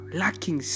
lacking